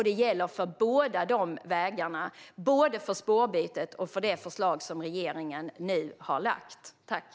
Det gäller för båda dessa vägar, både för spårbytet och för det förslag som regeringen nu har lagt fram.